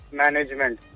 management